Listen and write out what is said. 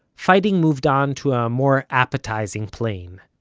fighting moved on to a more appetizing plane.